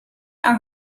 and